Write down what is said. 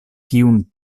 kiun